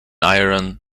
iron